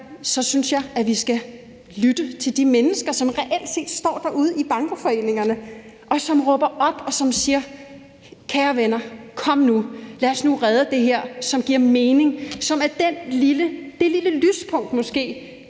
Jeg synes, at vi skal lytte til de mennesker, som reelt set står derude i bankoforeningerne, og som råber op og siger: Kære venner, kom nu. Lad os nu redde det her, som giver mening. Det er måske er det lille lyspunkt i